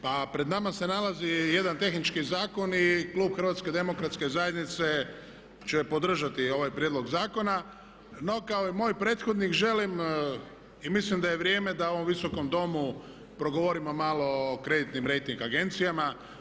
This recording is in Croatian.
Pa pred nama se nalazi jedan tehnički zakon i Klub HDZ-a će podržati ovaj prijedlog zakona no kao i moj prethodnik želim i mislim da je vrijeme da u ovom Visokom Domu progovorimo malo o kreditnim rejting agencijama.